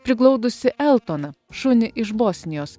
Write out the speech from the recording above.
priglaudusi eltoną šunį iš bosnijos